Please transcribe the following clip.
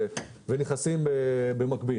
ונכנסת במקביל